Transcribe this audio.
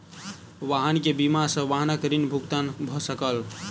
वाहन के बीमा सॅ वाहनक ऋण भुगतान भ सकल